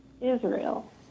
Israel